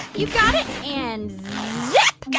you got it. and zip yeah